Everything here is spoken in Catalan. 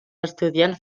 estudiants